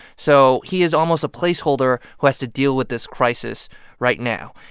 so he is almost a placeholder who has to deal with this crisis right now.